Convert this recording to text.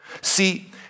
See